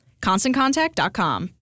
ConstantContact.com